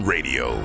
Radio